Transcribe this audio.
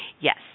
Yes